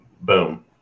boom